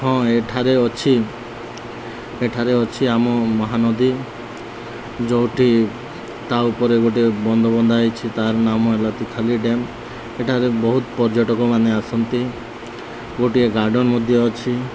ହଁ ଏଠାରେ ଅଛି ଏଠାରେ ଅଛି ଆମ ମହାନଦୀ ଯେଉଁଠି ତା' ଉପରେ ଗୋଟିଏ ବନ୍ଧ ବନ୍ଧା ହେଇଛି ତା'ର ନାମ ହେଲା ତ ଖାଲି ଡ୍ୟାମ୍ ଏଠାରେ ବହୁତ ପର୍ଯ୍ୟଟକ ମାନେ ଆସନ୍ତି ଗୋଟିଏ ଗାର୍ଡ଼ନ ମଧ୍ୟ ଅଛି